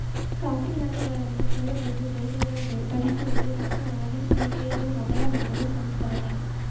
coffee ಹಣ್ಣುಗಳನ್ನಾ ಕೇಳುವುದು, ಬೇಜಗಳ ಬೇರ್ಪಡಿಸುವುದು, ಮತ್ತ ಒಣಗಿಸುವಿಕೆ ಇದು ಮೊದಲ ಹಂತದ ಸಂಸ್ಕರಣೆ